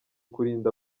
kurinda